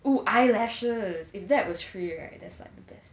oo eyelashes if that was free right there's like the best